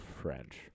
French